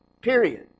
Period